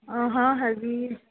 ਅ ਹਾਂ ਹੈਗੀ